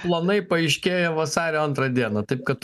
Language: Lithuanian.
planai paaiškėjo vasario antrą dieną taip kad